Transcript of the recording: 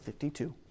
52